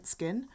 Skin